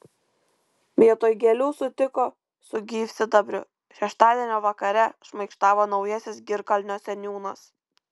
vietoj gėlių sutiko su gyvsidabriu šeštadienio vakare šmaikštavo naujasis girkalnio seniūnas